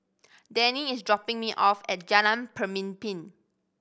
Dennie is dropping me off at Jalan Pemimpin